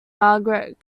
margaret